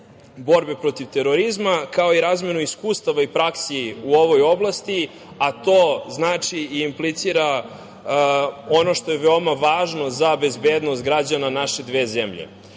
borbe protiv terorizma, kao i razmenu iskustava i praksi u ovoj oblasti, a to znači, implicira ono što je veoma važno za bezbednost građana naše dve zemlje. Kada